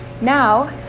Now